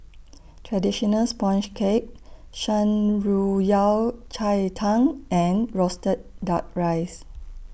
Traditional Sponge Cake Shan Rui Yao Cai Tang and Roasted Duck Rice